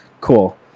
Cool